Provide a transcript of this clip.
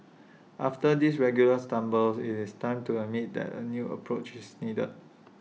after these regular stumbles IT is time to admit that A new approach is needed